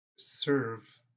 serve